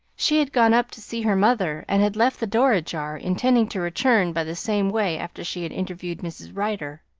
she had gone up to see her mother and had left the door ajar, intending to return by the same way after she had interviewed mrs. rider.